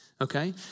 okay